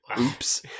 Oops